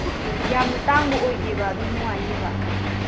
ꯌꯥꯝꯅ ꯇꯥꯡꯕ ꯑꯣꯏꯗꯦꯕ ꯑꯗꯨꯝ ꯅꯨꯡꯉꯥꯏꯅꯦꯕ